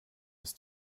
ist